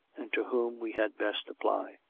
and to whom we had best apply.